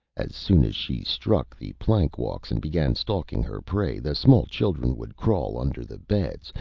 as soon as she struck the plank walks, and began stalking her prey, the small children would crawl under the beds,